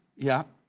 yeah.